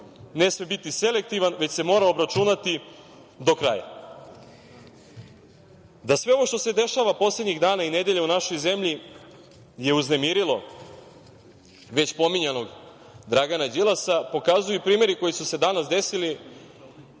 ne sme biti selektivan, već se mora obračunati do kraja. Da sve ovo što se dešava poslednjih dana i nedelja u našoj zemlji je uznemirilo već pominjanog Dragana Đilasa, pokazuju primeri koji su se danas desili